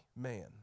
man